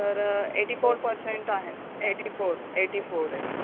तर eighty four percent आहे eighty four eighty four आहे